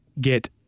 get